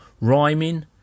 rhyming